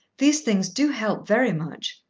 these things do help very much.